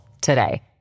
today